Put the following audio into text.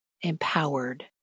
Empowered